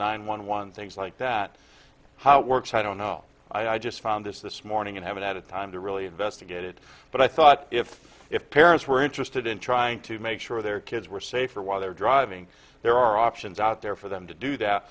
nine one one things like that how it works i don't know i just found this this morning and have it at a time to really investigate it but i thought if if parents were interested in trying to make sure their kids were safer while they're driving there are options out there for them to do that